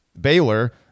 Baylor